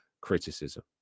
criticism